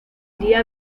iría